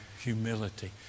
humility